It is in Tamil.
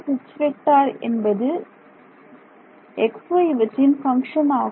H என்பது x y இவற்றின் பங்க்ஷன் ஆகும்